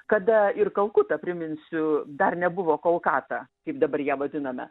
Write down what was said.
kada ir kalkuta priminsiu dar nebuvo kolkata kaip dabar ją vadiname